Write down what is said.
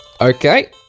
Okay